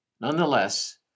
Nonetheless